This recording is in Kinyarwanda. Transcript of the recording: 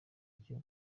icyo